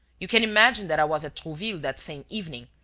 you can imagine that i was at trouville that same evening,